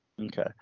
okay